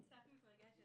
אני קצת מתרגשת.